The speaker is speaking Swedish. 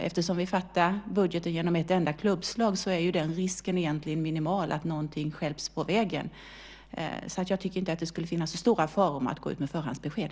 Eftersom vi fattar beslut om budgeten genom ett enda klubbslag är ju risken för att något stjälps på vägen egentligen minimal. Jag tycker inte att det skulle finnas så stora faror med att gå ut med förhandsbesked.